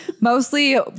Mostly